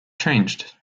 changed